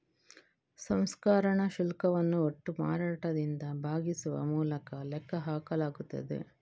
ಸಂಸ್ಕರಣಾ ಶುಲ್ಕವನ್ನು ಒಟ್ಟು ಮಾರಾಟದಿಂದ ಭಾಗಿಸುವ ಮೂಲಕ ಲೆಕ್ಕ ಹಾಕಲಾಗುತ್ತದೆ